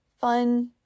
fun